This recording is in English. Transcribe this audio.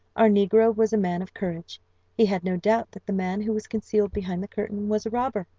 our negro was a man of courage he had no doubt that the man who was concealed behind the curtain was a robber,